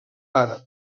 àrab